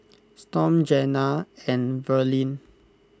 Storm Jena and Verlene